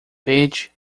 verde